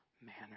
manner